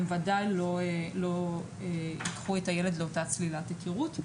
הם ודאי לא ייקחו את הילד לאותה צלילת היכרות.